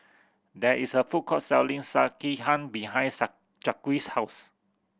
there is a food court selling Sekihan behind Jaquez's house